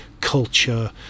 culture